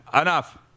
enough